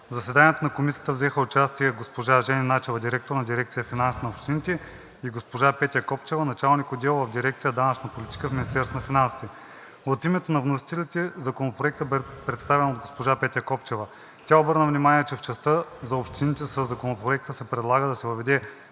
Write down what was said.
заседанието на Комисията взеха участие госпожа Жени Начева – директор на дирекция „Финанси на общините“, и госпожа Петя Копчева – началник-отдел в дирекция „Данъчна политика“ в Министерството на финансите. От името на вносителите Законопроектът бе представен от госпожа Петя Копчева. Тя обърна внимание, че в частта за общините със Законопроекта се предлага да се въведе